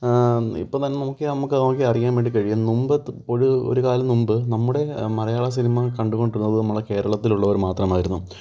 ഇപ്പം തന്നെ നോക്കിയാൽ നമുക്ക് നോക്കിയാൽ അറിയാൻവേണ്ടി കഴിയും മുമ്പ് ഇപ്പോൾ ഒരു കാലം മുമ്പ് നമ്മുടെ മലയാള സിനിമ കണ്ടുകൊണ്ടിരുന്നത് നമ്മുടെ കേരളത്തിലുള്ളവർ മാത്രമായിരുന്നു